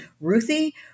Ruthie